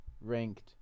ranked